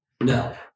No